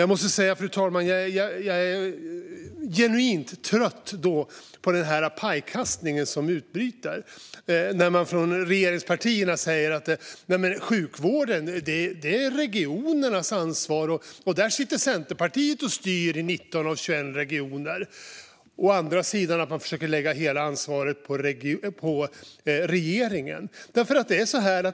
Jag måste säga att jag är genuint trött på den pajkastning som utbryter. Från regeringspartiet säger man att sjukvården är regionernas ansvar och att Centerpartiet styr i 19 av 21 regioner. Andra försöker att lägga hela ansvaret på regeringen.